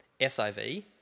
SIV